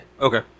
Okay